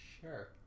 Sure